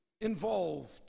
involved